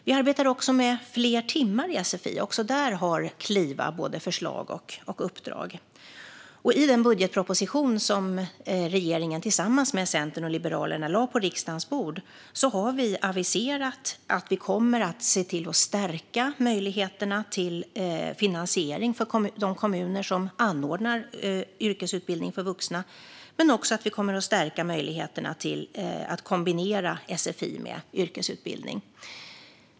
Vi arbetar också med fler timmar i sfi. Också där har Kliva både förslag och uppdrag. I den budgetproposition som regeringen tillsammans med Centern och Liberalerna lade på riksdagens bord har vi aviserat att vi kommer att se till att stärka möjligheterna till finansiering för de kommuner som anordnar yrkesutbildning för vuxna men också att vi kommer att stärka möjligheterna att kombinera sfi med yrkesutbildning.